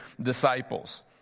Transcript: disciples